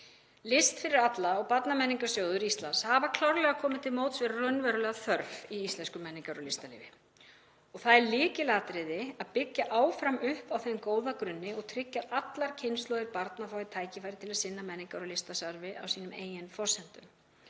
List fyrir alla og Barnamenningarsjóður Íslands hafa klárlega komið til móts við raunverulega þörf í íslensku menningar- og listalífi. Það er lykilatriði að byggja áfram upp á þeim góða grunni og tryggja að allar kynslóðir barna fái tækifæri til að sinna menningar- og listastarfi á sínum eigin forsendum.